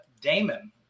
Damon